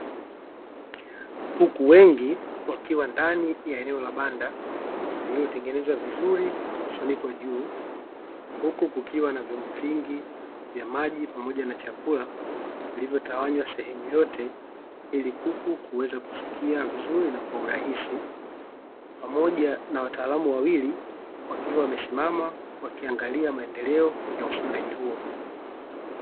Kuku wengi wakiwa ndani ya eneo la banda lililotengenezwa vizuri na kufunikwa juu huku kukiwa na vyombo vingi vya maji pamoja na chakula ilivyotawanywa sehemu yote ili kuku kuweza kufikia vizuri na kwa urahisi pamoja na wataalamu wawili wakiwa wamesimama wakiangalia maendeleo ya ufugaji huo .